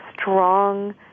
strong